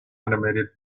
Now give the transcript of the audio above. animated